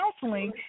counseling